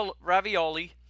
ravioli